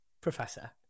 Professor